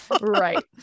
Right